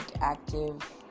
active